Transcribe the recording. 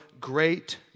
great